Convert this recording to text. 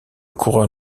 coureur